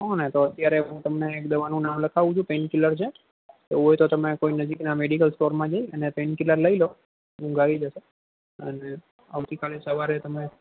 હા તો અત્યારે હું તમને એક દવાનું નામ લખાવું છું પેન કિલર છે એવું હોય તો તમે કોઈ નજીકના મેડિકલ સ્ટોરમાં જઈ અને પેન કિલર લઈ લો ઊંઘ આવી જશે અને આવતીકાલે સવારે તમે